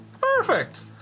Perfect